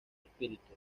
espíritu